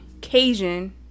Cajun